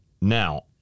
Now